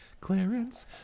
Clarence